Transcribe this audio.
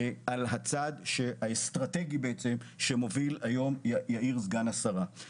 על הצעד האסטרטגי שמוביל היום יאיר גולן סגן שרת הכלכלה והתעשייה.